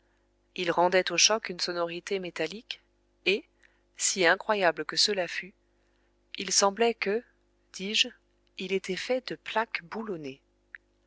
il rendait au choc une sonorité métallique et si incroyable que cela fût il semblait que dis-je il était fait de plaques boulonnées